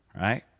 right